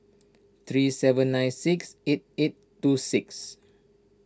three seven nine six eight eight two six